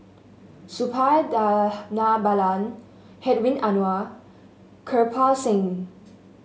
Suppiah Dhanabalan Hedwig Anuar Kirpal Singh